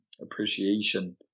appreciation